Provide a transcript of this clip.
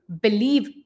believe